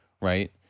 right